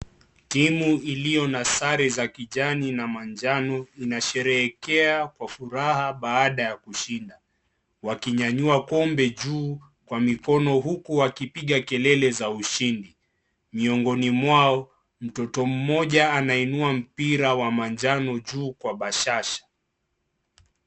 Timu iliyo na sare za kijani na manjano inasherehekea kwa furaha baada ya kushinda. Wakinyanyua kombe juu kwa mikono huku wakipiga kelele za ushindi. Miongoni mwao mtoto mmoja anainua mpira wa manjano juu kwa bashasha.